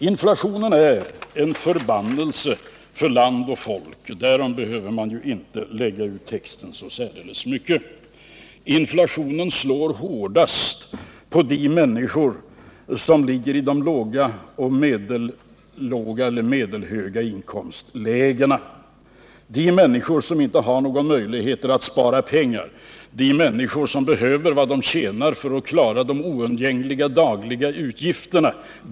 Inflationen är en förbannelse för land och folk, därom behöver jag inte lägga ut texten så särdeles mycket. Inflationen slår hårdast mot de människor som ligger i låga och medellåga eller medelhöga inkomstlägen, mot de människor som inte har några möjligheter att spara pengar, mot de människor som behöver vad de tjänar för att klara de oundgängliga utgifterna.